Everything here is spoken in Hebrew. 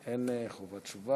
עצוב.